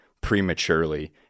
prematurely